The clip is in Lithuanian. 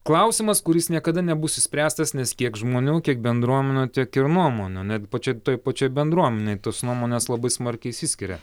klausimas kuris niekada nebus išspręstas nes kiek žmonių kiek bendruomenių tiek ir nuomonių netgi pačioje toj pačioj bendruomenėj tos nuomonės labai smarkiai išsiskiria